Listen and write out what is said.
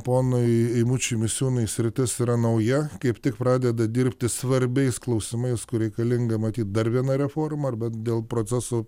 ponai eimučiui misiūnui sritis yra nauja kaip tik pradeda dirbti svarbiais klausimais kur reikalinga matyt dar viena reforma ar bet dėl procesų